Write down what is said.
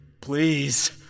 please